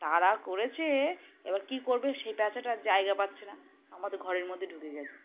তাড়া করেছে এ বার কী করবে সেই প্যাঁচাটা আর জায়গা পাচ্ছে না আমাদের ঘরের মধ্যে ঢুকে গিয়েছে